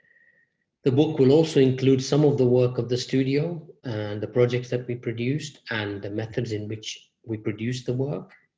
the book will also include some of the work of the studio, and the projects that we produced, and the methods in which we produced the work.